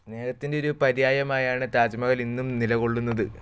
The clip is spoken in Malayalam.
സ്നേഹത്തിൻ്റെ ഒരു പര്യായമായാണ് താജ്മഹൽ ഇന്നും നിലകൊള്ളുന്നത്